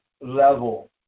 level